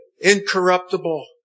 Incorruptible